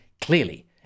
clearly